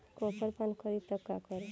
Copper पान करी त का करी?